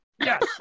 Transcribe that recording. Yes